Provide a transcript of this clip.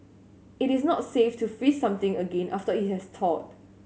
it is not safe to freeze something again after it has thawed